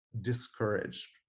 discouraged